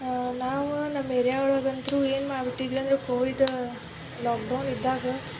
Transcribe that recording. ನಾವು ನಮ್ಮ ಏರ್ಯಾ ಒಳಗೆ ಅಂತೂ ಏನು ಮಾಡ್ಬಿಟ್ಟಿದ್ದೀವಿ ಅಂದ್ರೆ ಕೋವಿಡ್ ಲಾಕ್ಡೌನ್ ಇದ್ದಾಗ